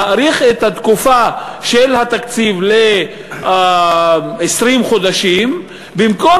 להאריך את התקופה של התקציב ל-20 חודשים במקום